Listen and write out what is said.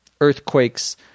earthquakes